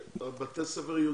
שבתי ספר יהודיים,